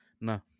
no